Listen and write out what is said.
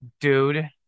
dude